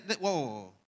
whoa